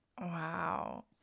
Wow